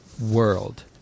world